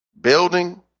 Building